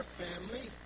family